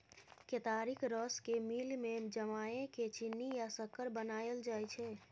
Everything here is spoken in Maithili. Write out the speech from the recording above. केतारीक रस केँ मिल मे जमाए केँ चीन्नी या सक्कर बनाएल जाइ छै